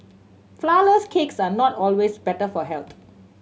flourless cakes are not always better for health